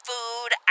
Food